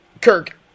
Kirk